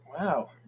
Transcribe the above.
wow